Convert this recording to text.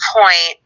point